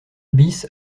bis